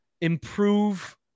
improve